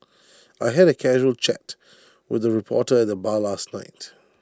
I had A casual chat with A reporter at the bar last night